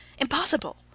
Impossible